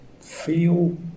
feel